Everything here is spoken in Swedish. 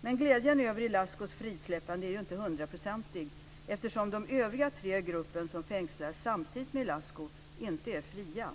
Men glädjen över Ilascus frisläppande är inte hundraprocentig, eftersom de övriga tre i gruppen som fängslades samtidigt som Ilascu inte är fria.